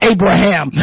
Abraham